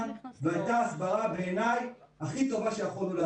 והייתה הסברה בעיניי הכי טובה שיכולנו לתת.